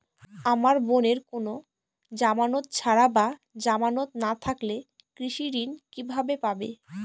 আমার বোনের কোন জামানত ছাড়া বা জামানত না থাকলে কৃষি ঋণ কিভাবে পাবে?